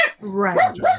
Right